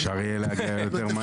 אפשר יהיה להגיע יותר מהר.